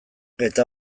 eta